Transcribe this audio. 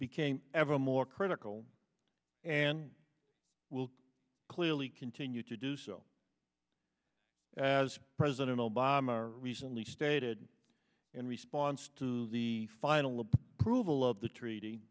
became ever more critical and will clearly continue to do so as president obama recently stated in response to the final approval of the treaty